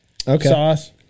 sauce